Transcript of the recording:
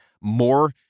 more